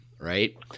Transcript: right